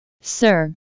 sir